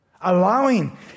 allowing